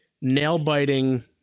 nail-biting